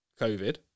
COVID